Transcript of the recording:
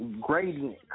gradient